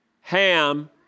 Ham